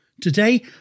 Today